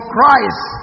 Christ